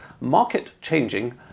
market-changing